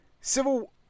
Civil